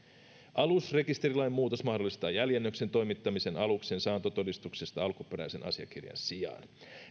alusrekisterilain muutos mahdollista jäljennöksen toimittamisen aluksen saantotodistuksesta alkuperäisen asiakirjan sijaan